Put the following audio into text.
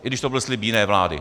I když to byl slib jiné vlády.